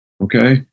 okay